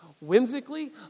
whimsically